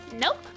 Nope